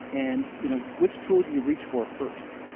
and, you know, which tool do you reach for first?